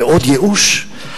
לעוד ייאוש?